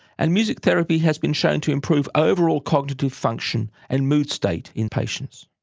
and music therapy has been shown to improve overall cognitive function and mood state in patients.